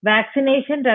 Vaccination